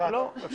לא, לא.